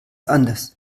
anders